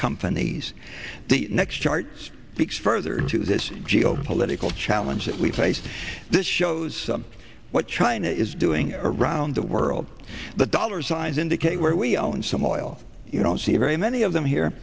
companies the next charts fix further to this geopolitical challenge that we faced this shows what china is doing around the world the dollar signs indicate where we own some oil you don't see very many of them here